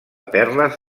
perles